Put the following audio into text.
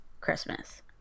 Christmas